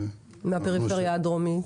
מהפריפריה הדרומית.